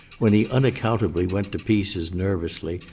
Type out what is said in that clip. when he unaccountably went to pieces nervously,